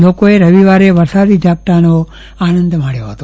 લોકોએ રવિવારે વરસાદી ઝાપટાનો આનંદ માણ્યો હતો